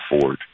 Ford